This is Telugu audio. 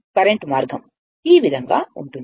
కరెంట్ మార్గం ఈ విధంగా ఉంటుంది